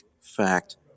fact